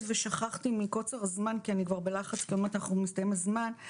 ושכחתי מקוצר הזמן כי כבר בלחץ כי עוד מעט מסתיים הזמן.